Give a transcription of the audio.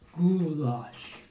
Goulash